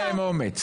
אין להם אומץ.